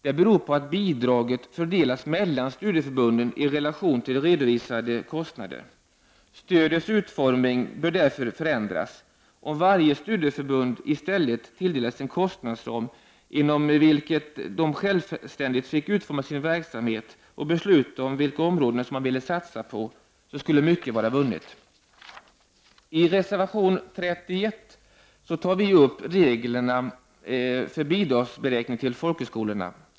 Det beror på att bidraget fördelas mellan studieförbunden i relation till redovisade kostnader. Stödets utformning bör därför förändras. Om varje studieförbund i stället tilldelas en kostnadsram inom vilken det självständigt fick utforma sin verksamhet och besluta om vilka områden som man ville satsa på, skulle mycket vara vunnet. I reservation 31 tar vi upp reglerna för bidragsberäkning till folkhögskolorna.